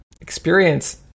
experience